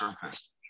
surface